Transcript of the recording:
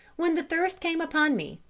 when the thirst came upon me,